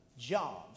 jobs